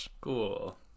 Cool